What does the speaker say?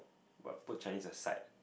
while put Chinese aside